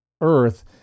Earth